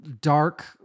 dark